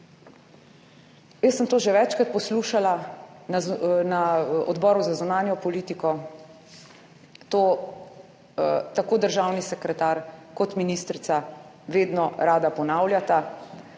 jaz sem to že večkrat poslušala na Odboru za zunanjo politiko, to tako državni sekretar kot ministrica vedno rada ponavljata,